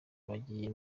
bagiye